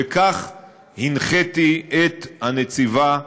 וכך הנחיתי את הנציבה לעשות.